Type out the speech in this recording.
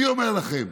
אני אומר לכם,